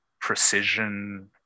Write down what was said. precision